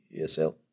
ESL